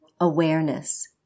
awareness